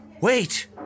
Wait